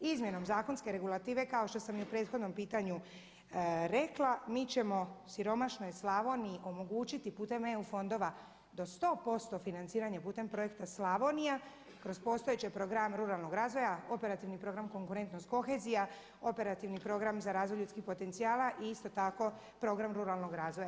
Izmjenom zakonske regulative kao što sam i u prethodnom pitanju rekla mi ćemo siromašnoj Slavoniji omogućiti putem EU fondova do 100% financiranje putem projekta Slavonija kroz postojeće programe ruralnog razvoja, operativni program konkurentnost kohezija, operativni program za razvoj ljudskih potencijala i isto tako program ruralnog razvoja.